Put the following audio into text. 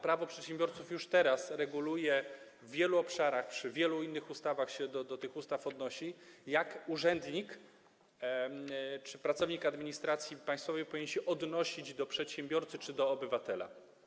Prawo przedsiębiorców już teraz reguluje w wielu obszarach przy wielu innych ustawach - do tych ustaw się odnosi - jak urzędnik czy pracownik administracji państwowej powinien się odnosić do przedsiębiorcy czy do obywatela.